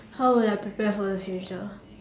how will I prepare for the future